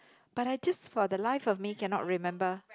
but I just for the life of me cannot remember